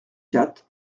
quatre